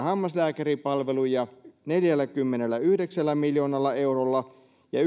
hammaslääkäripalveluja neljälläkymmenelläyhdeksällä miljoonalla eurolla ja